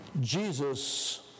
Jesus